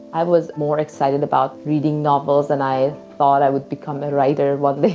i was more excited about reading novels and i thought i would become a writer one day.